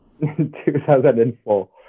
2004